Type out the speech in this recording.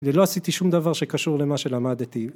ולא עשיתי שום דבר שקשור למה שלמדתי